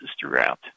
throughout